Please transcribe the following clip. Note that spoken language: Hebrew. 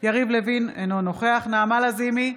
יריב לוין, אינו נוכח נעמה לזימי,